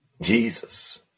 Jesus